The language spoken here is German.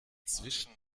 zwischen